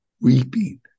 weeping